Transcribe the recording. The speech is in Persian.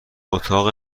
اتاق